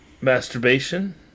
masturbation